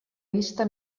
vista